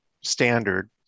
standard